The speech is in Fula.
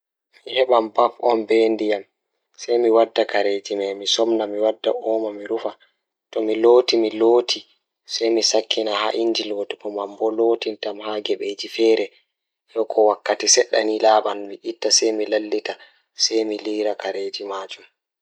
Njidi nguurndam ngam sabu njiddude sabu ɗiɗi, fota waawaa njiddaade e loowdi so tawii nguurndam waawataa njillataa. Hokkondir leydi ngal e ndiyam ngal e keɓa joom ndiyam ngoni njiddude walla sabu. Njillataa e ɗoon njiddude e ko o waawataa njiddude ngal. Hokkondir sabu e ɗiɗi ngal ngal.